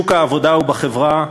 בשוק העבודה ובחברה,